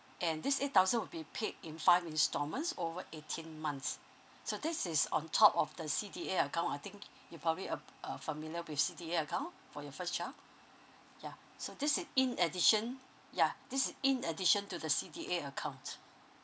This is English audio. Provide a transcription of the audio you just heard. and this eight thousand would be paid in five installments over eighteen months so this is on top of the C_D_A account I think you probably uh uh familiar with C_D_A account for your first child yeah so this is in addition yeah this is in addition to the C_D_A account